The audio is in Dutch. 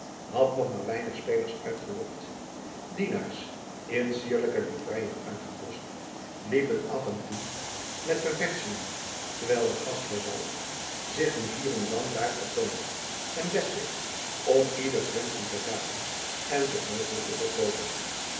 had nog maar weinig spelers uitgelokt dienaars in cierlijke livereien uitgedoscht liepen af en toe met ververschingen terwijl de gastheer zelf zich nu hier dan daar vertoonende zijn best deed om ieders wenschen te raden en zoo mogelijk te voorkomen